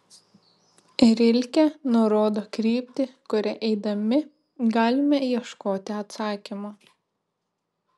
rilke nurodo kryptį kuria eidami galime ieškoti atsakymo